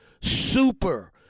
Super